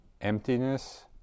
emptiness